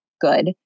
good